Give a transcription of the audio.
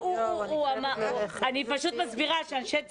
אבל, יפה, אני יכול להבין אותך